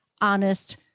honest